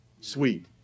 Sweet